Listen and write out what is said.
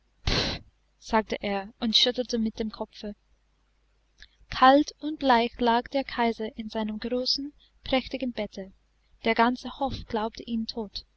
sagte er und schüttelte mit dem kopfe kalt und bleich lag der kaiser in seinem großen prächtigen bette der ganze hof glaubte ihn tot